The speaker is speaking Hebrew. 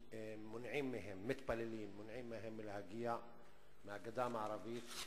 מתפללים, מונעים מהם מלהגיע מהגדה המערבית.